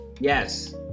Yes